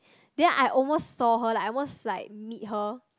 then I almost saw her like I almost like meet her